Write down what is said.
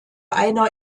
einer